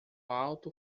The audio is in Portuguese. alto